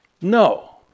No